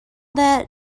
that